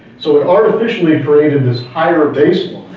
so our officially created this higher baseline,